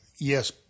yes